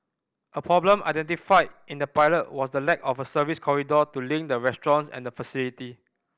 a problem identified in the pilot was the lack of a service corridor to link the restaurants and the facility